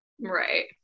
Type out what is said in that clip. Right